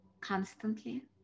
constantly